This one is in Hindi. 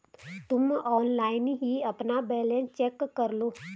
तुम ऑनलाइन ही अपना बैलन्स चेक करलो